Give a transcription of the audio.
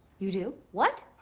you do? what?